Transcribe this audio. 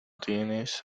tienes